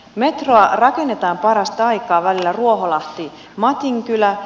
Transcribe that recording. metroa rakennetaan parastaikaa välillä ruoholahtimatinkylä